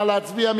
נא להצביע,